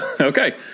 Okay